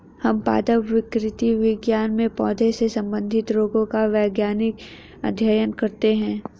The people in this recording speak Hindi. हम पादप विकृति विज्ञान में पौधों से संबंधित रोगों का वैज्ञानिक अध्ययन करते हैं